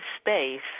space